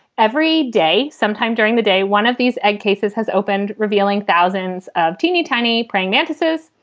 every day. sometime during the day, one of these egg cases has opened, revealing thousands of teeny tiny praying mantises.